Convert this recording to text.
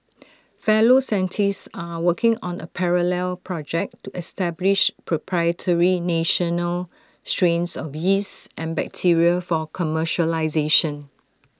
fellow scientists are working on A parallel project to establish proprietary national strains of yeast and bacteria for commercialisation